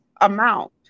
amount